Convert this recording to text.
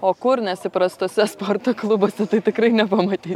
o kur nes įprastuose sporto klubuose tai tikrai nepamatysi